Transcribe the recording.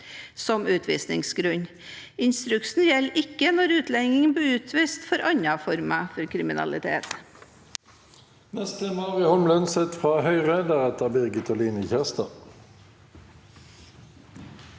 som utvisningsgrunn. Instruksen gjelder ikke når utlendingen blir utvist for andre former for kriminalitet.